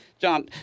John